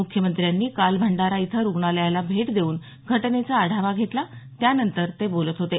मुख्यमंत्र्यांनी काल भंडारा इथं रुग्णालयाला भेट देऊन घटनेचा आढावा घेतला त्यानंतर ते बोलत होते